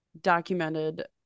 documented